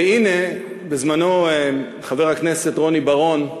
והנה, בזמנו חבר הכנסת רוני בר-און,